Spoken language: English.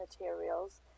materials